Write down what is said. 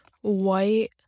white